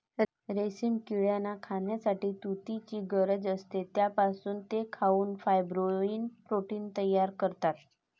रेशीम किड्यांना खाण्यासाठी तुतीची गरज असते, ज्यापासून ते खाऊन फायब्रोइन प्रोटीन तयार करतात